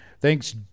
Thanks